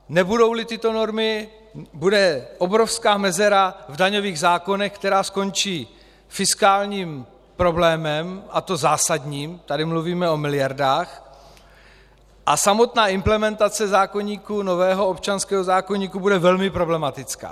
Nebudouli tyto normy, bude obrovská mezera v daňových zákonech, která skončí fiskálním problémem, a to zásadním, tady mluvíme o miliardách, a samotná implementace nového občanského zákoníku bude velmi problematická.